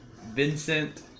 Vincent